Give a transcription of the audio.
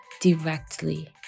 directly